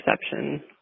perception